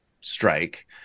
strike